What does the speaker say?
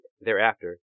thereafter